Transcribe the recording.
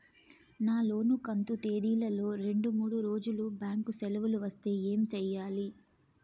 నా లోను కంతు తేదీల లో రెండు మూడు రోజులు బ్యాంకు సెలవులు వస్తే ఏమి సెయ్యాలి?